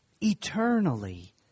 eternally